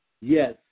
Yes